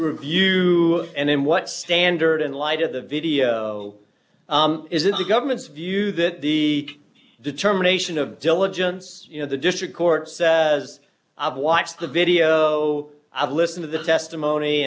review and in what standard in light of the video is it the government's view that the determination of diligence you know the district courts as i've watched the video i've listened to the testimony